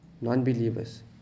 non-believers